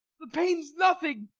the pain s nothing